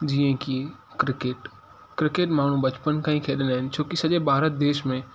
जीअं की cricket cricket माण्हू बचपन खां ई खेॾंदा आहिनि छोकि सॼे भारत देश में